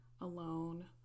alone